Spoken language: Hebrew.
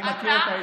אני מכיר אותה היטב.